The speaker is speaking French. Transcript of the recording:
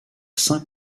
saint